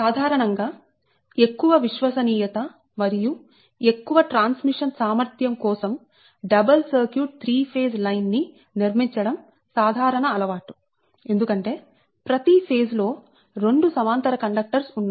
సాధారణం గా ఎక్కువ విశ్వసనీయత మరియు ఎక్కువ ట్రాన్స్మిషన్ సామర్థ్యం కోసం డబల్ సర్క్యూట్ 3 ఫేజ్ లైన్ ని నిర్మించడం సాధారణ అలవాటు ఎందుకంటే ప్రతి ఫేజ్ లో 2 సమాంతర కండక్టర్స్ ఉన్నాయి